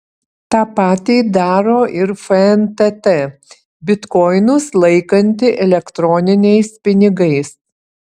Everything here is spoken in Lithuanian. tą patį daro ir fntt bitkoinus laikanti elektroniniais pinigais